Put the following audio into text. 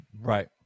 right